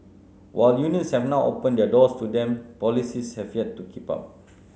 while unions have now opened their doors to them policies have yet to keep up